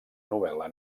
novel·la